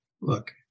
Look